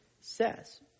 says